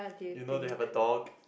you know they have a dog